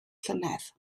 llynedd